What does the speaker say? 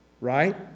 Right